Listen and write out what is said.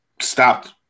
stopped